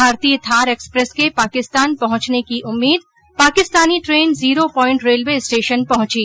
भारतीय थार एक्सप्रेस के पाकिस्तान पहुंचने की उम्मीद पाकिस्तानी train zero point railway station पहुंची